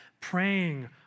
praying